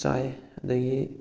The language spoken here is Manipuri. ꯆꯥꯏ ꯑꯗꯨꯗꯒꯤ